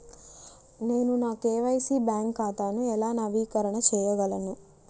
నేను నా KYC bank ఖాతాను ఎలా నవీకరణ చేయగలను?